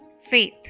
faith